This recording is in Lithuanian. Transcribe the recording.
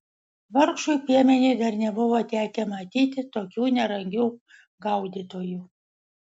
vargšui piemeniui dar nebuvo tekę matyti tokių nerangių gaudytojų